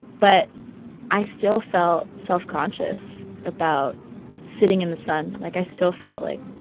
but i still felt self-conscious about sitting in the sun. like, i still felt like,